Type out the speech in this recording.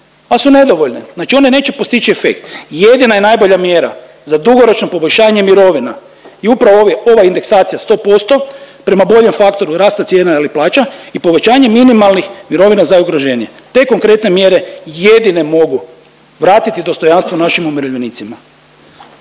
ali su nedovoljne. Znači one neće postići efekt. Jedina je najbolja mjera za dugoročno poboljšanje mirovina i upravo ova indeksacija 100% prema boljem faktoru rasta cijena ili plaća i povećanje minimalnih mirovina za ugroženije. Te konkretne mjere jedine mogu vratiti dostojanstvo našim umirovljenicima.